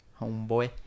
Homeboy